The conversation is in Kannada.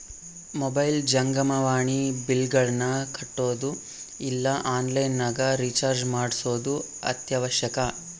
ಮೊಬೈಲ್ ಜಂಗಮವಾಣಿ ಬಿಲ್ಲ್ಗಳನ್ನ ಕಟ್ಟೊದು ಇಲ್ಲ ಆನ್ಲೈನ್ ನಗ ರಿಚಾರ್ಜ್ ಮಾಡ್ಸೊದು ಅತ್ಯವಶ್ಯಕ